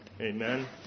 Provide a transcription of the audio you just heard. Amen